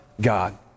God